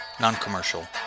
non-commercial